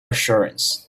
assurance